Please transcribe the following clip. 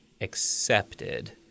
accepted